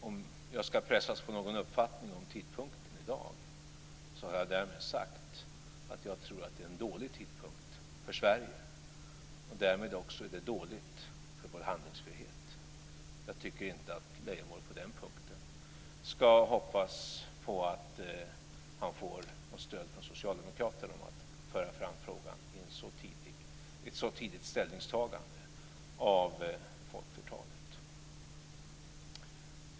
Om jag i dag ska pressas på en uppfattning om tidpunkten har jag därmed sagt att jag tror att det är en dålig tidpunkt för Sverige, och därmed är det också dåligt för vår handlingsfrihet. Jag tycker inte att Lars Leijonborg på den punkten ska hoppas på att få något stöd från Socialdemokraterna när det gäller att föra fram frågan i ett så tidigt ställningstagande av folkflertalet.